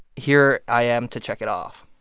here i am to check it off.